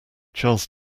charles